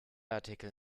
artikel